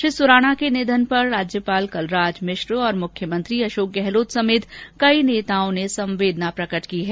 श्री सुराणा के निधन पर राज्यपाल कलराज मिश्र और मुख्यमंत्री अशोक गहलोत समेत कई नेताओं ने संवेदना प्रकट की है